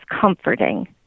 comforting